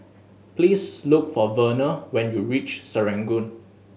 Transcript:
please look for Werner when you reach Serangoon